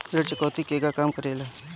ऋण चुकौती केगा काम करेले?